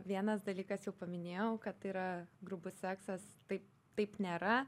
vienas dalykas jau paminėjau kad tai yra grubus seksas tai taip nėra